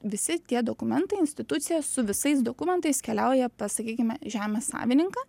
visi tie dokumentai institucija su visais dokumentais keliauja pas sakykime žemės savininką